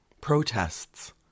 protests